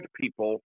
people